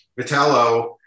Vitello